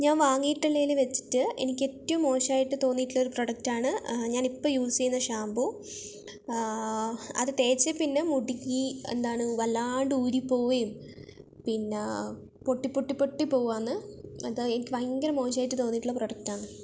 ഞാൻ വാങ്ങിയിട്ടുള്ളതിൽ വച്ചിട്ട് എനിക്ക് ഏറ്റവും മോശമായിട്ട് തോന്നിയിട്ടുള്ളൊരു പ്രൊഡക്ടാണ് ഞാനിപ്പോൾ യൂസ് ചെയ്യുന്ന ഷാംപൂ അത് തേച്ചതിൽപ്പിന്നെ മുടിക്ക് എന്താണ് വല്ലാണ്ട് ഊരിപ്പോവുകയും പിന്നെ പൊട്ടിപ്പൊട്ടിപ്പൊട്ടി പോവുകയാണ് അതാണ് എനിക്ക് ഭയങ്കര മോശമായിട്ട് തോന്നിട്ടുള്ള പ്രൊഡക്ടാണ്